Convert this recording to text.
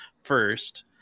first